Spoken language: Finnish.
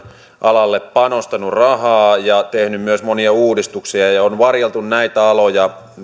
alalle panostanut rahaa ja tehnyt myös monia uudistuksia ja ja on varjeltu näitä aloja